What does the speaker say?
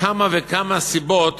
כמה וכמה סיבות